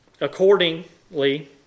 Accordingly